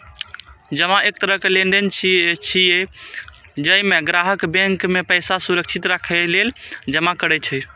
जमा एक तरह लेनदेन छियै, जइमे ग्राहक बैंक मे पैसा सुरक्षित राखै लेल जमा करै छै